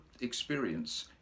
experience